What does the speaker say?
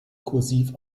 kursiv